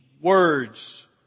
words